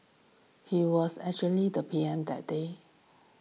he was actually the P M that day